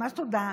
מה תודה?